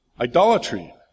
Idolatry